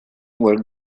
where